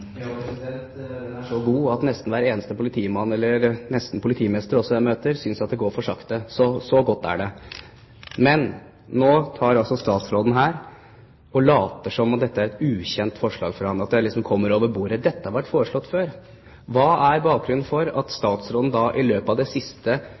Ja, den er så god at nesten hver eneste politimann og politimester jeg møter, synes at det går for sakte. Så god er den. Men nå later altså statsråden her som om dette er et ukjent forslag for ham – at det er et forslag som kommer over bordet. Dette har vært foreslått før. Hva er bakgrunnen for at